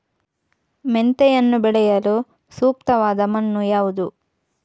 ಮೆಂತೆಯನ್ನು ಬೆಳೆಯಲು ಸೂಕ್ತವಾದ ಮಣ್ಣು ಯಾವುದು?